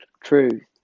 truth